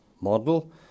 model